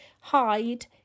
hide